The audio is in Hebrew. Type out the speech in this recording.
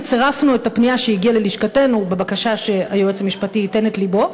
וצירפנו את הפנייה שהגיעה ללשכתנו לבקשה שהיועץ המשפטי ייתן את לבו.